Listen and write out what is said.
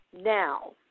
now